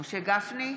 משה גפני,